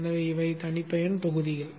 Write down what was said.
எனவே இவை தனிப்பயன் தொகுதிகள்